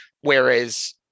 Whereas